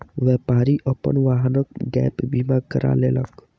व्यापारी अपन वाहनक गैप बीमा करा लेलक